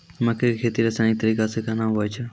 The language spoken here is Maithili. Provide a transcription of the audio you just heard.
मक्के की खेती रसायनिक तरीका से कहना हुआ छ?